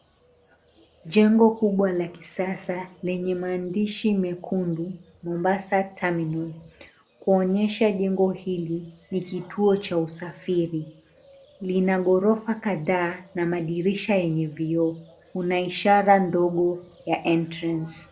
Jengo kubwa la kisasa lenye maandishi mekundu, Mombasa Terminal, kuonyesha jengo hili ni kituo cha usafiri. Lina gorofa kadhaa na madirisha yenye vio, unaishara ndogo ya, "Entrance" .